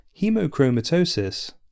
Hemochromatosis